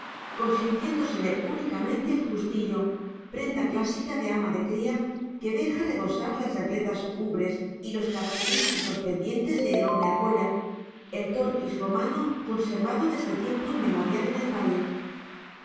consintiéndole únicamente el justillo prenda clásica de ama de cría que deja rebosar las repletas ubres y los característicos pendientes de enorme argolla el torquis romano conservado desde tiempo inmemorial en el valle